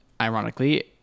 ironically